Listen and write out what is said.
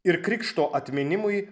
ir krikšto atminimui